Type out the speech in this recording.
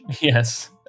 Yes